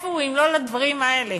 איפה הוא, אם לא לדברים האלה?